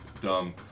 dumb